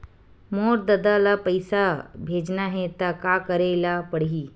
मोर ददा ल पईसा भेजना हे त का करे ल पड़हि?